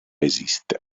esiste